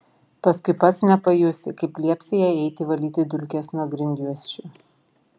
paskui pats nepajusi kaip liepsi jai eiti valyti dulkes nuo grindjuosčių